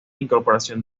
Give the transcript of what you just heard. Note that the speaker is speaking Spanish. incorporación